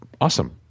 Awesome